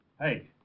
Hey